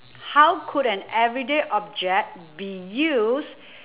how could an everyday object be used